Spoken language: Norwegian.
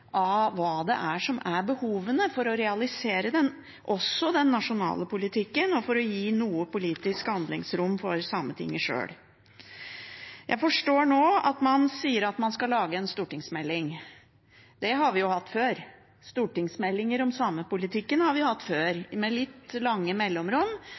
hva de andre departementene prioriterer. Derfor kan dette feltet lett sakke akterut uten at man får tatt en helhetlig vurdering av behovene for å realisere det, også den nasjonale politikken, og for å gi noe politisk handlingsrom til Sametinget sjøl. Jeg forstår nå at man sier at man skal lage en stortingsmelding. Stortingsmeldinger om samepolitikken har vi jo hatt før,